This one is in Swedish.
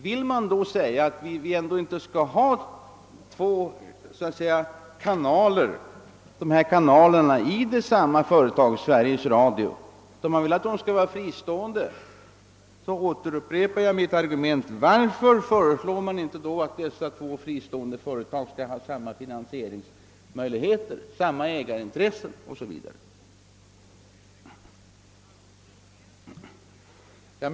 Säger man då att de två kanalerna ändå inte bör drivas i Sveriges Radios regi utan bör bli fristående, återupprepar jag mitt argument: Varför föreslår man då inte att de två företagen skall ha samma finansieringsmöjligheter, samma ägarintressen o.s.v. ?